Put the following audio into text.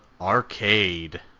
Arcade